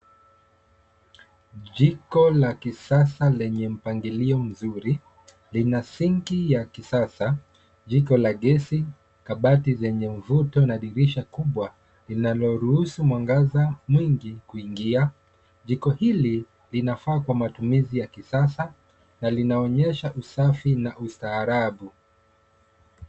Jiko la kisasa lenye mpangilio mzuri. Lina sini ya kisasa, jiko la gesi, kabati lenye mvuto na dirisha kubwa linaloruhusu mwangaza mwingi kuingia. Jiko hili linafaa kwa matumizi ya kisasa na linaonyesha usafi na ustaarabu